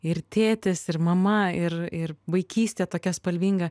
ir tėtis ir mama ir ir vaikystė tokia spalvinga